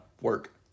work